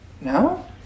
No